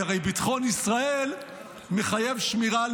כי הרי ביטחון ישראל מחייב שמירה על